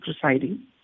presiding